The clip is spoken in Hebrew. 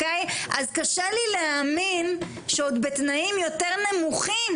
אז קשה לי להאמין שעוד בתנאים יותר נמוכים